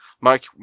Mike